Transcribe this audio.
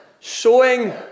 sowing